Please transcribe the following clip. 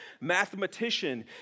mathematician